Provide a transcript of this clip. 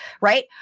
right